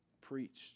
preached